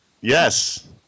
Yes